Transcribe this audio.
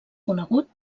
conegut